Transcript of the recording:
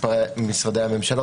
ממשרדי הממשלה.